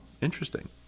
interesting